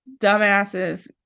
dumbasses